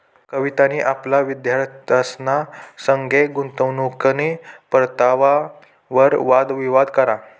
कवितानी आपला विद्यार्थ्यंसना संगे गुंतवणूकनी परतावावर वाद विवाद करा